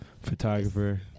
photographer